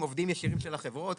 עובדים ישירים של החברות,